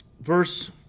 verse